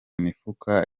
mifuka